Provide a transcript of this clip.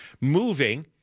moving